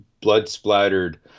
blood-splattered